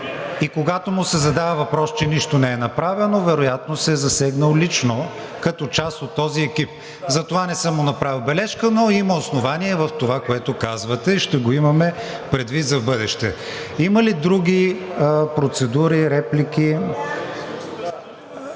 и когато му се задава въпрос, че нищо не е направено, вероятно се е засегнал лично като част от този екип. Затова не съм му направил бележка. Има основание обаче в това, което казвате, ще го имаме предвид за в бъдеще. Има ли други процедури, реплики?